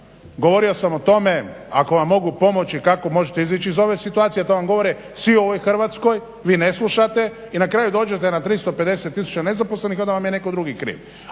govorio samo o tome ako vam mogu pomoći kako možete izaći iz ove situacije, to vam govore svi u Hrvatskoj, vi ne slušate i na kraju dođete na 350 nezaposlenih i onda vam je netko drugi kriv,